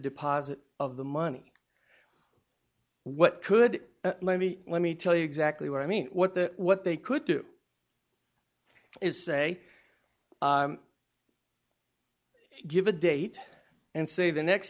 deposit of the money what could let me let me tell you exactly what i mean what the what they could do is say give a date and say the next